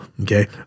Okay